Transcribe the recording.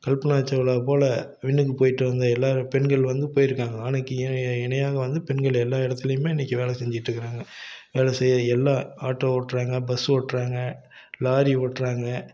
கல்பனா சாவ்லா போல் விண்ணுக்கு போயிவிட்டு வந்த எல்லாரும் பெண்கள் வந்து போயி இருக்காங்க ஆணுக்கு இணையாக வந்து பெண்கள் எல்லா இடத்துலையுமே இன்னைக்கு வேலை செஞ்சிட்டுருக்காங்க வேலை செய்ய எல்லா ஆட்டோ ஓட்டுறாங்க பஸ்ஸு ஓட்டுறாங்க லாரி ஓட்டுறாங்க